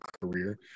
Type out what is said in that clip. career